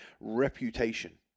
reputation